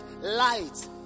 light